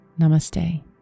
namaste